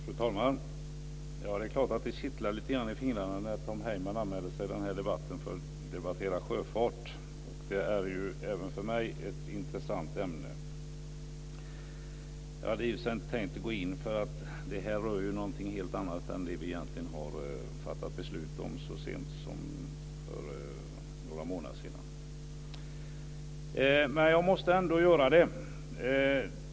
Fru talman! Det är klart att det kittlar i fingrarna när Tom Heyman anmäler sig till debatten för att debattera sjöfart. Det är även för mig ett intressant ämne. Jag hade egentligen inte tänkt att gå in i debatten, för det här rör egentligen något helt annat än det vi fattade beslut om så sent som för några månader sedan. Men jag måste ändå göra det.